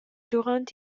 duront